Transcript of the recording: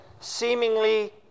seemingly